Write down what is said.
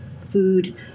food